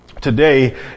today